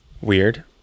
weird